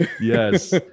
Yes